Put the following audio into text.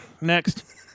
next